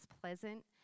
pleasant